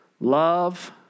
love